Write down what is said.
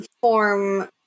form